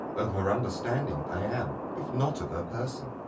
of her understanding i am, if not of her person.